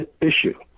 issue